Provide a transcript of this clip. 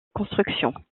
construction